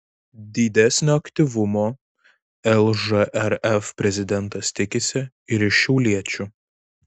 didesnio aktyvumo lžrf prezidentas tikisi ir iš šiauliečių